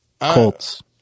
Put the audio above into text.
Colts